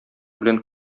белән